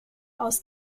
aus